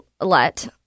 let